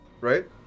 right